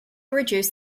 reduce